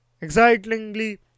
Excitingly